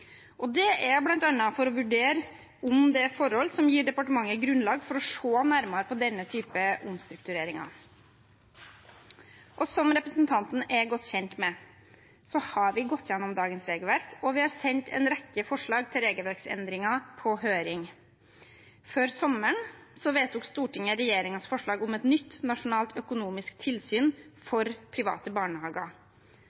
Det er bl.a. for å vurdere om det er forhold som gir departementet grunnlag for å se nærmere på denne type omstruktureringer. Som representanten er godt kjent med, har vi gått gjennom dagens regelverk, og vi har sendt en rekke forslag til regelverksendringer på høring. Før sommeren vedtok Stortinget regjeringens forslag om et nytt nasjonalt økonomisk tilsyn